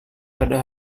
pada